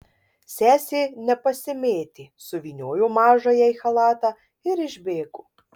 sesė nepasimėtė suvyniojo mažąją į chalatą ir išbėgo